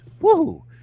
woo